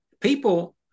people